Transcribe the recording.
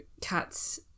cats